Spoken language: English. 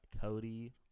Cody